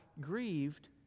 grieved